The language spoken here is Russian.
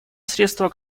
средства